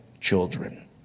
children